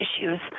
issues